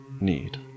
need